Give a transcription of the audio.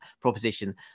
proposition